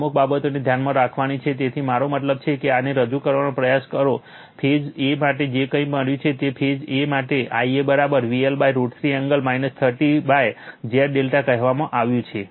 આ અમુક બાબતોને ધ્યાનમાં રાખવાની છે તેથી મારો મતલબ છે કે જો આને રજૂ કરવાનો પ્રયાસ કરો ફેઝ a માટે જે કંઈ મળ્યું છે તે તો ફેઝ a માટે Ia VL√ 3 એંગલ 30Zy કહેવામાં આવ્યું છે